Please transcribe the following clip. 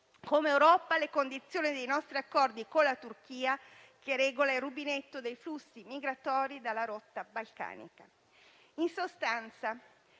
come Europa le condizioni dei nostri accordi con la Turchia, che regola il rubinetto dei flussi migratori dalla rotta balcanica. In sostanza,